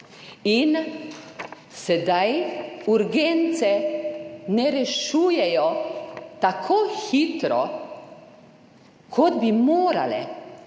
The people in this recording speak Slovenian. In sedaj urgence ne rešujejo tako hitro, kot bi morale.